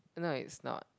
no it's not